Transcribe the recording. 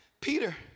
Peter